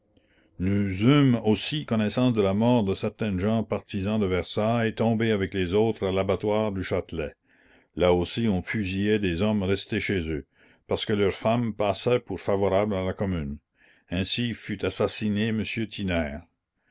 nous eûmes aussi connaissance de la mort de certaines gens partisans de versailles tombés avec les autres à l'abattoir du châtelet là aussi on fusilla des hommes restés chez eux parce que leurs femmes passaient pour favorables à la commune ainsi fut assassiné